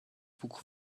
buch